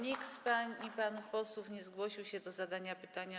Nikt z pań i panów posłów nie zgłosił się do zadania pytania.